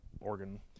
organ